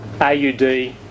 AUD